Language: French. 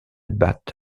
bath